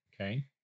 Okay